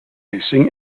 racing